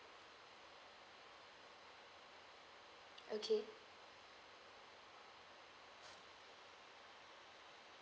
okay